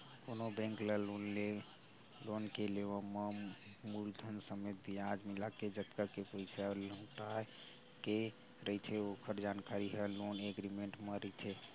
कोनो बेंक ले लोन के लेवब म मूलधन समेत बियाज मिलाके जतका के पइसा लहुटाय के रहिथे ओखर जानकारी ह लोन एग्रीमेंट म रहिथे